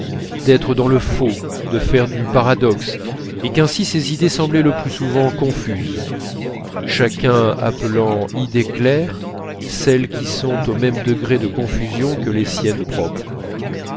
d'être dans le faux de faire du paradoxe et qu'ainsi ses idées semblaient le plus souvent confuses chacun appelant idées claires celles qui sont au même degré de confusion que les siennes propres